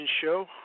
Show